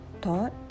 thought